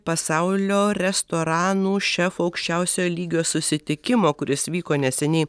pasaulio restoranų šefų aukščiausio lygio susitikimo kuris vyko neseniai